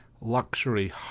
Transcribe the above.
luxury